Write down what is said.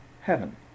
heaven